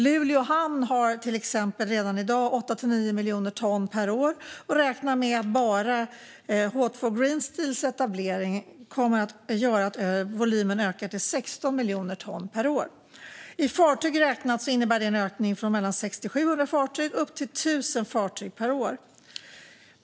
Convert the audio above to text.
Luleå hamn hanterar till exempel redan i dag 8-9 miljoner ton per år, och man räknar med att bara H2 Green Steels etablering kommer att göra att volymen ökar till 16 miljoner ton per år. I fartyg räknat innebär det en ökning från mellan 600-700 fartyg upp till 1 000 fartyg per år.